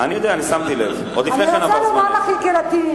אני אטיף לך מוסר כי אני,